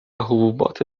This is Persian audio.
حبوبات